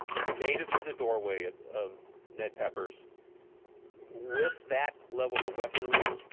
made it through the doorway of of ned pepper's with that level of weaponry,